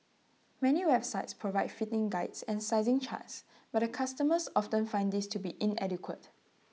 many websites provide fitting Guides and sizing charts but customers often find these to be inadequate